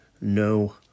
no